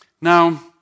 Now